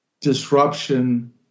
disruption